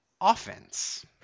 offense